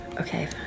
Okay